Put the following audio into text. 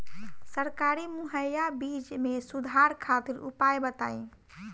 सरकारी मुहैया बीज में सुधार खातिर उपाय बताई?